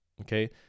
Okay